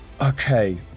Okay